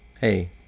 hey